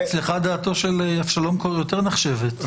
ואצלך דעתו של אבשלום קור יותר נחשבת.